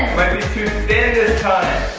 be too thin this time,